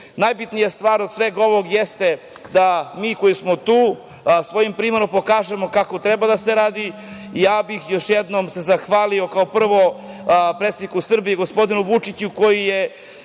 Najbitnija stvar od svega ovog jeste da mi koji smo tu svojim primerom pokažemo kako treba da se radi. Ja bih se još jednom zahvalio, kao prvo, predsedniku Srbije, gospodinu Vučiću koji je